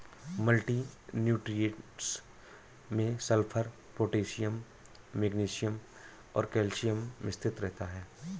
multi nutrients में sulphur, potassium magnesium और calcium मिश्रित रहता है